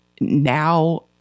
now